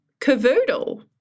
cavoodle